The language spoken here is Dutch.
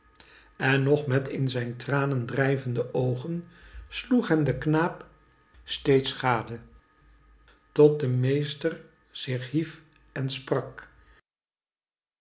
en nog met in zijn trancn drijvende oogen sloeg hem de knaap steeds gade tot de meester zich hief en sprak